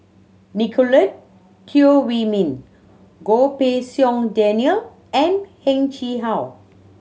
Nicolette Teo Wei Min Goh Pei Siong Daniel and Heng Chee How